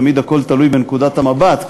תמיד הכול תלוי בנקודת המבט,